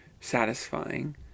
satisfying